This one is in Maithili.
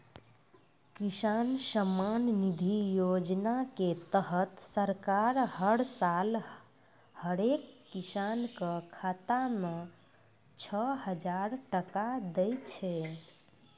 किसान सम्मान निधि योजना के तहत सरकार हर साल हरेक किसान कॅ खाता मॅ छो हजार टका दै छै